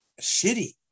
shitty